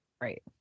Right